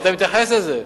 היית מתייחס לזה,